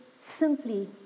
simply